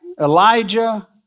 Elijah